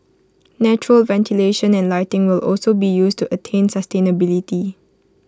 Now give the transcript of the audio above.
natural ventilation and lighting will also be used to attain sustainability